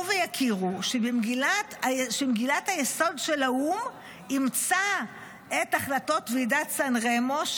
ויכירו שמגילת היסוד של האו"ם אימצה את החלטות ועידת סן רמו,